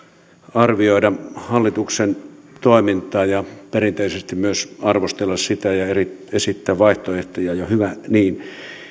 arvioida hallituksen toimintaa ja perinteisesti myös arvostella sitä ja esittää vaihtoehtoja ja hyvä niin